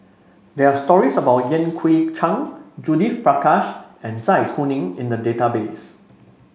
there are stories about Yan Kui Chang Judith Prakash and Zai Kuning in the database